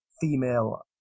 female